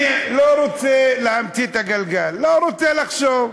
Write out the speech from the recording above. אני לא רוצה להמציא את הגלגל, לא רוצה לחשוב.